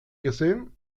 gesehen